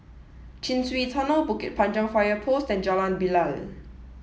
Chin Swee Tunnel Bukit Panjang Fire Post and Jalan Bilal